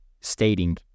stating